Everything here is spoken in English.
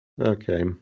okay